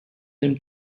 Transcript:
them